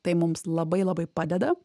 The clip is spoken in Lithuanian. tai mums labai labai padeda